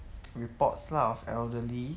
reports lah of elderly